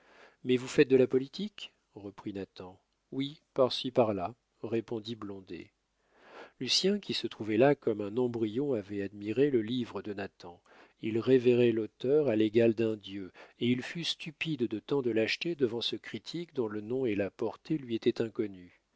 mais vous faites de la politique reprit nathan oui par-ci par là répondit blondet lucien qui se trouvait là comme un embryon avait admiré le livre de nathan il révérait l'auteur à l'égal d'un dieu et il fut stupide de tant de lâcheté devant ce critique dont le nom et la portée lui étaient inconnus